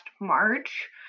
March